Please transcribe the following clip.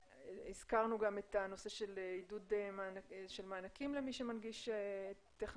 הזכרנו גם את הנושא של מענקים למי שמנגיש טכנולוגיה.